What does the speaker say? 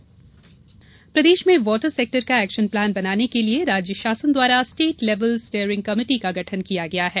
water sector प्रदेश में water sector का एक्शन प्लान बनाने के लिये राज्य शासन द्वारा स्टेट लेवल स्टेयरिंग कमेटी का गठन किया गया है